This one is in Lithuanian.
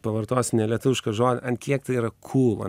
pavartosiu nelietuvišką žodį ant kiek tai yra kūl